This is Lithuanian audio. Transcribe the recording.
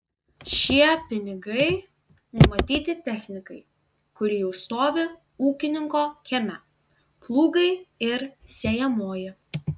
šie pinigai numatyti technikai kuri jau stovi ūkininko kieme plūgai ir sėjamoji